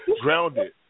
grounded